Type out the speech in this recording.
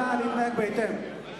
נא להתנהג בהתאם.